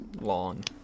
long